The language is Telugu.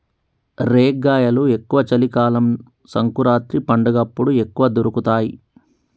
రేగ్గాయలు ఎక్కువ చలి కాలం సంకురాత్రి పండగప్పుడు ఎక్కువ దొరుకుతాయి